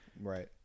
Right